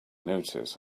notice